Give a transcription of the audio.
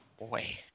Boy